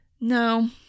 No